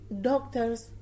doctors